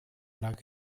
lag